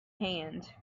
hand